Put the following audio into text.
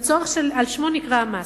שעל שמו נקרא המס.